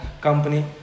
company